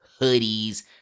hoodies